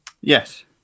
Yes